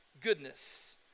goodness